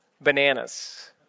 Bananas